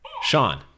Sean